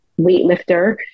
weightlifter